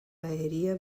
aèria